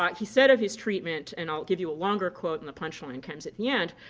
but he said of his treatment, and i'll give you a longer quote and the punchline comes at the end,